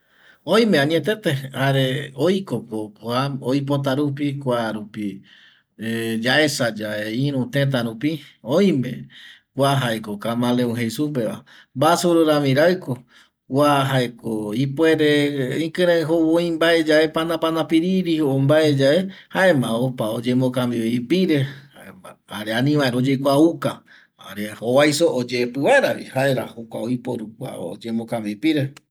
Oime añetete jare oikoko oipota rupi kua rupi yaesa yae iru tëta rupi oime kua jaeko kamaleon jei supeva mbasuru rami raiko kua jaeko ipuere ikirei jou oi mbaeyae panapana piri o mbaeyae jaema opa ipire oyembocambio ipire jare ani vaera oye kuauka jare jovaisogui oyepi vaeravi jaera jokua oiporu oyembocambio ipire